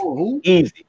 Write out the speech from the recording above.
Easy